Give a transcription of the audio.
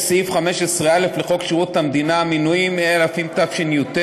יש סעיף 15א לחוק שירות המדינה (מינויים), התשי"ט